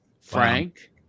Frank